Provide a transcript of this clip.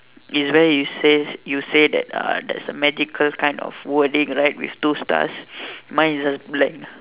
is where it says you say that uh there's a magical kind of wording right with two stars mine is just blank